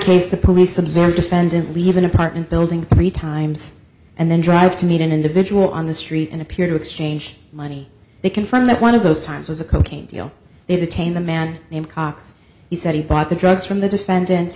case the police observed defendant leave an apartment building three times and then drive to meet an individual on the street and appear to exchange money they can from that one of those times was a cocaine deal they detained a man named cox he said he bought the drugs from the defendant